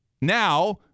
now